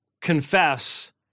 confess